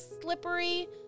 slippery